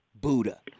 Buddha